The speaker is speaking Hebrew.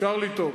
אפשר לטעות.